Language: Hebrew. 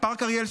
--- קשר ומהר.